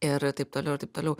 ir taip toliau taip toliau